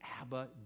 Abba